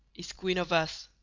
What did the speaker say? is queen of us,